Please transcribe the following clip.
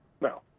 No